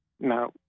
No